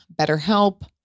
BetterHelp